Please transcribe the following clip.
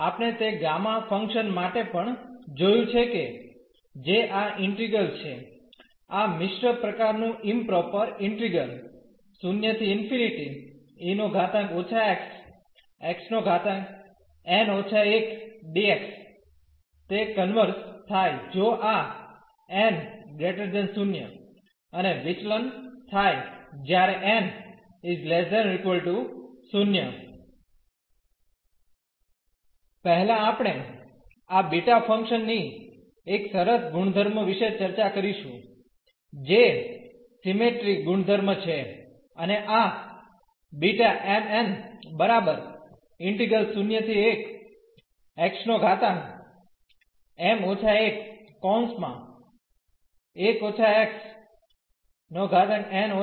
આપણે તે gamma function માટે પણ જોયું છે કે જે આ ઇન્ટિગ્રલ છે આ મિશ્ર પ્રકારનું ઇમપ્રોપર ઇન્ટિગ્રલ તે કન્વર્ઝ થાય જો આ n 0 અને વિચલન થાય જ્યારે n≤ 0 પહેલા આપણે આ બીટા ફંક્શન ની એક સરસ ગુણધર્મ વિશે ચર્ચા કરીશું જે સિમેટ્રી ગુણધર્મ છે અને આ માટે ઇમપ્રોપર ઈન્ટિગ્રલ છે